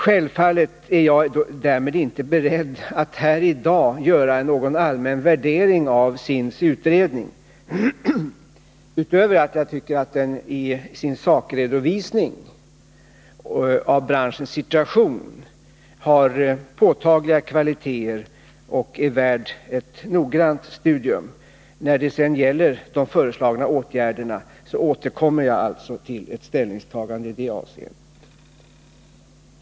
Självfallet är jag därmed inte beredd att här i dag göra någon allmän värdering av SIND:s utredning, utöver att den i sin sakredovisning av branschens situation har påtagliga kvaliteter och är värd ett noggrant studium. När det sedan gäller de föreslagna åtgärderna återkommer jag alltså till ett ställningstagande i det avseendet.